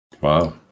wow